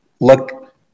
look